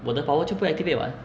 我的 power 就不要 activate [what]